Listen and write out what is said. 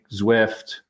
Zwift